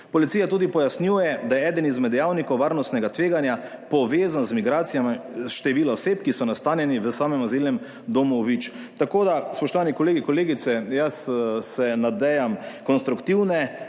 Policija tudi pojasnjuje, da je eden izmed dejavnikov varnostnega tveganja, povezan z migracijami, število oseb, ki so nastanjeni v samem Azilnem domu Vič. Tako da, spoštovani kolegi, kolegice! Jaz se nadejam konstruktivne